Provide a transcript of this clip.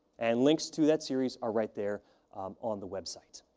and links to that series are right there um on the website.